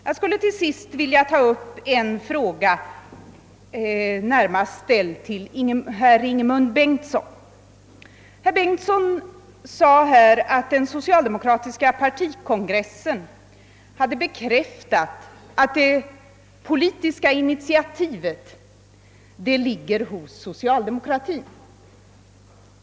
Jag skulle till sist vilja ta upp en fråga, närmast ställd till herr Ingemund Bengtsson. Herr Bengtsson sade här att den socialdemokratiska partikongressen hade bekräftat att det politiska initiativet ligger hos socialdemokratin.